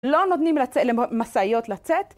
לא נותנים למשאיות לצאת